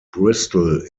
bristol